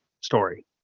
story